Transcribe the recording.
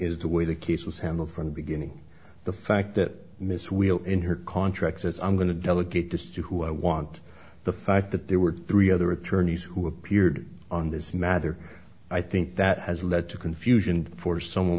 is the way the case was handled from the beginning the fact that miss weil in her contract says i'm going to delegate this to who i want the fact that there were three other attorneys who appeared on this matter i think that has led to confusion for someone